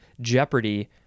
Jeopardy